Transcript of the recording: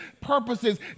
purposes